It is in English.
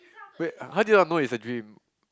wait how did you all know it's a dream